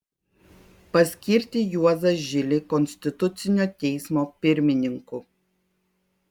paskirti juozą žilį konstitucinio teismo pirmininku